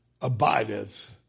abideth